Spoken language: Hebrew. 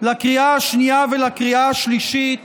לקריאה השנייה ולקריאה השלישית